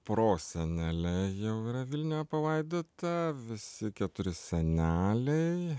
prosenelė jau yra vilniuje palaidota visi keturi seneliai